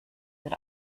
that